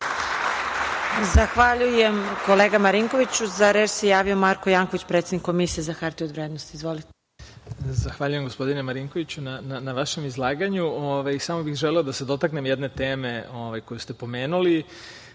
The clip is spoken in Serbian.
Zahvaljujem kolega Marinkoviću.Za reč se javio Marko Janković, predsednik Komisije za hartije od vrednosti. Izvolite. **Marko Janković** Zahvaljujem gospodine Marinkoviću na vašem izlaganju. Samo bih želeo da se dotaknem jedne teme koju ste pomenuli.